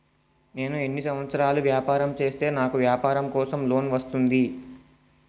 నేను ఎన్ని సంవత్సరాలు వ్యాపారం చేస్తే నాకు వ్యాపారం కోసం లోన్ వస్తుంది?